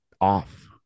off